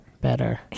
better